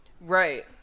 Right